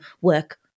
work